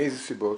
מאיזה סיבות?